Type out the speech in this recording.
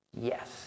Yes